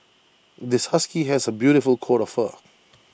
this husky has A beautiful coat of fur